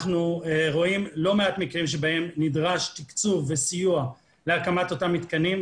אנחנו רואים לא מעט מקרים שבהם נדרש תקצוב וסיוע להקמת אותם מתקנים,